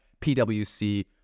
PwC